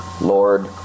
Lord